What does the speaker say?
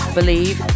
Believe